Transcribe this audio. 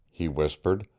he whispered.